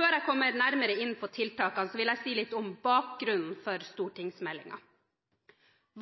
Før jeg kommer nærmere inn på tiltakene, vil jeg si litt om bakgrunnen for stortingsmeldingen.